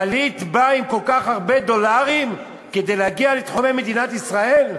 פליט בא עם כל כך הרבה דולרים כדי להגיע לתחומי מדינת ישראל?